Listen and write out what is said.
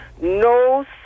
No